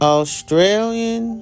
Australian